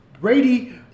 Brady